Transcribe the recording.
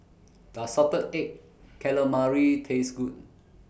Does Salted Egg Calamari Taste Good